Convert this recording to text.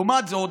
לעומת זאת,